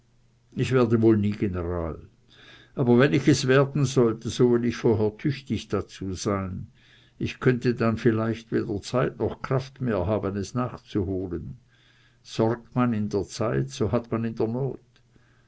ich werde wohl nie general aber wenn ich es werden sollte so will ich vorher tüchtig dazu sein ich könnte dann vielleicht weder zeit noch kraft mehr haben es nachzuholen sorgt man in der zeit so hat man in der not